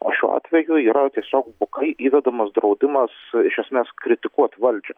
o šiuo atveju yra tiesiog bukai įvedamas draudimas iš esmės kritikuot valdžią